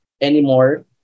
anymore